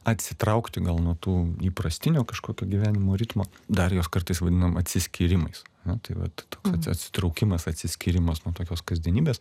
atsitraukti gal nuo to įprastinio kažkokio gyvenimo ritmo dar jos kartais vadinam atsiskyrimais nu tai vat toks at atsitraukimas atsiskyrimas nuo tokios kasdienybės